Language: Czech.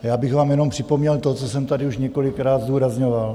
Já bych vám jenom připomněl to, co jsem tady už několikrát zdůrazňoval.